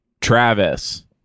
Travis